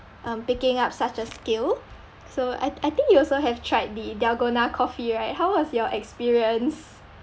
um picking up such a skill so I I think you also have tried the dalgona coffee right how was your experience